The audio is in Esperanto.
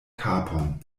kapon